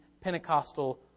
Pentecostal